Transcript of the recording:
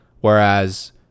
whereas